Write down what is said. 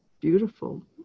beautiful